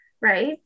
Right